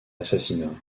assassinat